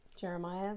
Jeremiah